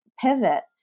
pivot